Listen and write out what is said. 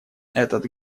этот